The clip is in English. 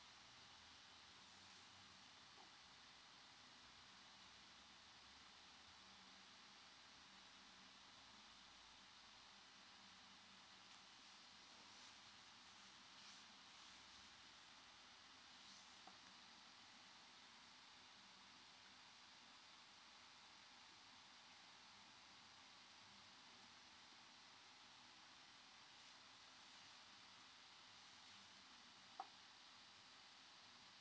mm